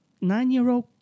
nine-year-old